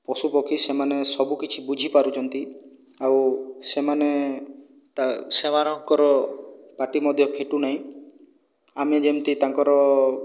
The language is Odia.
ପଶୁପକ୍ଷୀ ସେମାନେ ସବୁ କିଛି ବୁଝିପାରୁଛନ୍ତି ଆଉ ସେମାନେ ତା ସେମାନଙ୍କର ପାଟି ମଧ୍ୟ ଫିଟୁ ନାହିଁ ଆମେ ଯେମିତି ତାଙ୍କର